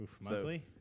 Monthly